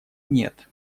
нет